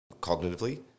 cognitively